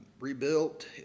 rebuilt